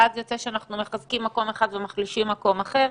ואז יוצא שאנחנו מחזקים מקום אחד ומחלישים מקום אחר.